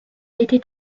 était